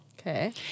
Okay